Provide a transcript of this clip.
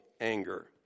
anger